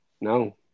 No